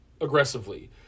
aggressively